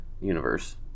Universe